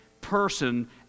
person